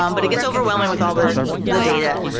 um but it gets overwhelming with all the the data.